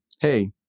hey